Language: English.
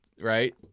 right